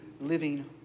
living